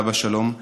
עליו השלום,